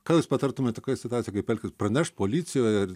ką jūs patartumėt tokioj situacijoj kaip elgtis pranešt policijoj ar